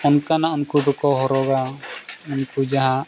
ᱚᱱᱠᱟᱱᱟᱜ ᱩᱱᱠᱩ ᱫᱚᱠᱚ ᱦᱚᱨᱚᱜᱟ ᱩᱱᱠᱩ ᱡᱟᱦᱟᱸ